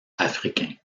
africain